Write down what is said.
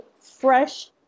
fresh